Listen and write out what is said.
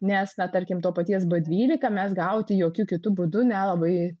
nes na tarkim to paties b dvylika mes gauti jokiu kitu būdu nelabai